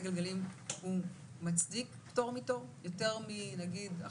גלגלים מצדיק פטור מתור יותר מאחרים?